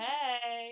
Hey